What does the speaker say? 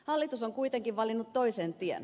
hallitus on kuitenkin valinnut toisen tien